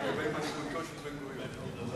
לגבי מנהיגותו של בן-גוריון.